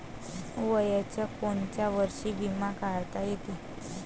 वयाच्या कोंत्या वर्षी बिमा काढता येते?